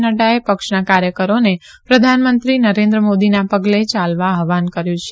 નડૃચે પક્ષના કાર્યકરોને પ્રધાનમંત્રી નરેન્દ્ર મોદીના પગલે ચાલવા આહવાન કર્યુ છે